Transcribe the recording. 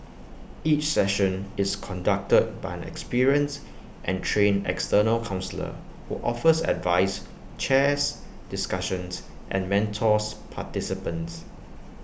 each session is conducted by an experienced and trained external counsellor who offers advice chairs discussions and mentors participants